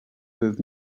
with